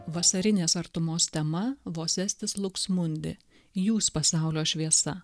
vasarinės artumos tema vosestis luksmundi jūs pasaulio šviesa